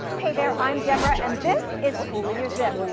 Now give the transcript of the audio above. hey there, i'm deborah, and this is cool in your zip,